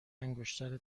انگشتر